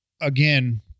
again